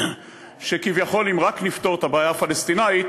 כי כביכול אם רק נפתור את הבעיה הפלסטינית